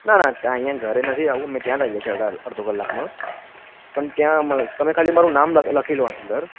ના ના ત્યાં અહીંયા ઘરે નથી આવવું અમે ત્યાં જ આવીએ છીએ અડધો કલાકમાં પણ ત્યાં આમ તમે ખાલી મારું નામ લખી લો અંદર